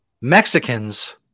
Mexicans